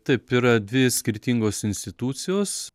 taip yra dvi skirtingos institucijos